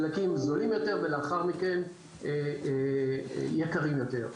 דלקים זולים יותר ולאחר מכן יקרים יותר.